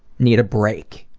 need a break